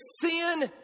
sin